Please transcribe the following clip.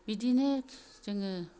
बिदिनो जोङो